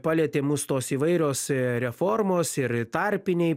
palietė mus tos įvairios reformos ir tarpiniai